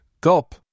Gulp